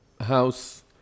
house